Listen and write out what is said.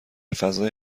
فضای